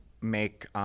make –